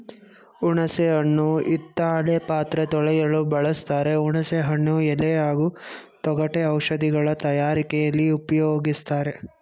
ಹುಣಸೆ ಹಣ್ಣು ಹಿತ್ತಾಳೆ ಪಾತ್ರೆ ತೊಳೆಯಲು ಬಳಸ್ತಾರೆ ಹುಣಸೆ ಹಣ್ಣು ಎಲೆ ಹಾಗೂ ತೊಗಟೆ ಔಷಧಗಳ ತಯಾರಿಕೆಲಿ ಉಪ್ಯೋಗಿಸ್ತಾರೆ